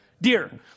Dear